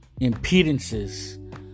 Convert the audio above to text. impedances